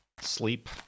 sleep